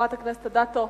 חברת הכנסת אדטו.